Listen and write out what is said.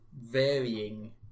varying